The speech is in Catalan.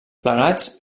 plegats